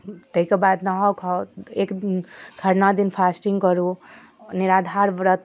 ताहिके बाद नहाउ खाउ एक खरना दिन फास्टिंग करू निराधार ब्रत